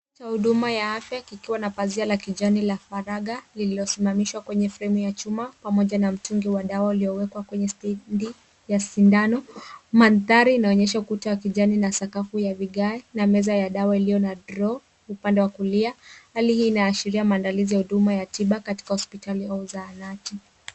Chumba cha huduma ya afya kikiwa na pazia ya kijani la faraga lililosimamishwa kwenye fremu ya chuma pamoja na mtungi wa dawa uliowekwa kwenye stendi ya sindano. Mandhari unaonyesha kuta ya kijani na sakafu ya vigae na meza ya dawa iliyo na Draw upande wa kulia. Hali hii inaashiria maandalizi ya huduma ya tiba katika hospitali au zahanati.